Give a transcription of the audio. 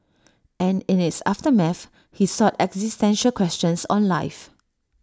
and in its aftermath he sought existential questions on life